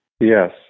Yes